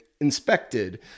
inspected